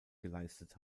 geleistet